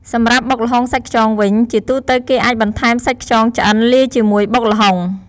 សម្រាប់បុកល្ហុងសាច់ខ្យងវិញ ជាទូទៅគេអាចបន្ថែមសាច់ខ្យងឆ្អិនលាយជាមួយបុកល្ហុង។